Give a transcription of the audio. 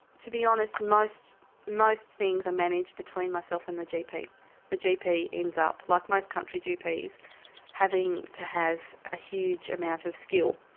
to be honest, most most things are managed between myself and the gp the gp ends up like most country gps having to have a huge amount of skill.